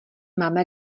máme